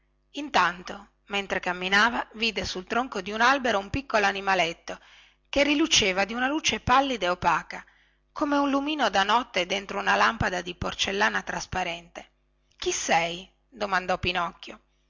intanto mentre camminava vide sul tronco di un albero un piccolo animaletto che riluceva di una luce pallida e opaca come un lumino da notte dentro una lampada di porcellana trasparente chi sei gli domandò pinocchio